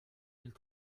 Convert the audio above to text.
mille